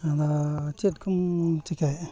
ᱟᱫᱚ ᱪᱮᱫ ᱠᱚᱢ ᱪᱮᱠᱟᱭᱮᱫᱼᱟ